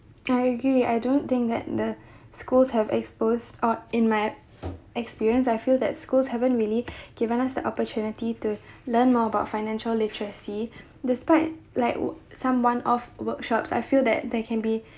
I agree I don't think that the schools have exposed or in my experience I feel that schools haven't really given us the opportunity to learn more about financial literacy despite like w~ some one off workshops I feel that they can be